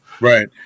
Right